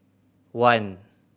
one